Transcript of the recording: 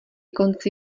konci